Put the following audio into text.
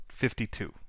52